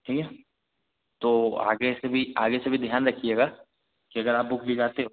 ठीक है तो आगे से भी आगे से भी ध्यान रखिएगा कि अगर आप बुक ले जाते हो